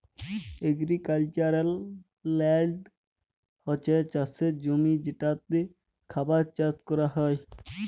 agricultural land হছে চাষের জমি যেটতে খাবার চাষ ক্যরা হ্যয়